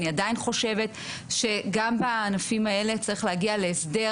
אני עדיין חושבת שגם בענפים האלה צריך להגיע להסדר